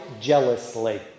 jealously